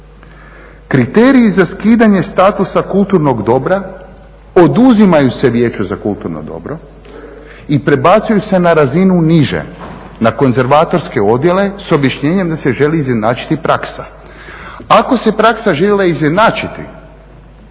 Kriteriji za skidanje statusa kulturnog dobra oduzimaju se Vijeću za kulturno dobro i prebacuju se na razinu niže, na konzervatorske odjele s objašnjenjem da se želi izjednačiti praksa. Ako se praksa željela izjednačiti,